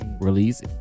release